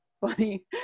funny